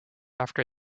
after